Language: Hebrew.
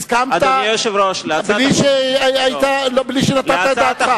הסכמת בלי שנתת את דעתך.